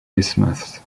isthmus